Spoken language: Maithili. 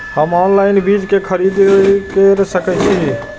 हम ऑनलाइन बीज के खरीदी केर सके छी?